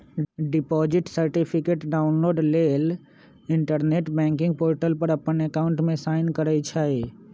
deposit certificate download लेल internet banking portal पर अप्पन अकाउंट में साइन करइ छइ